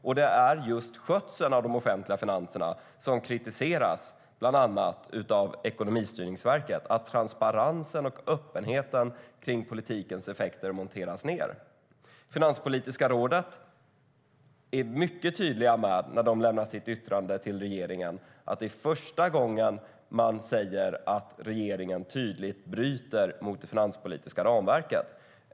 Och det är just skötseln av de offentliga finanserna som kritiseras, bland annat av Ekonomistyrningsverket. Transparensen och öppenheten kring politikens effekter monteras ned. Finanspolitiska rådet är i sitt yttrande till regeringen mycket tydligt med att det är första gången man säger att regeringen tydligt bryter mot det finanspolitiska ramverket.